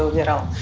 me at all.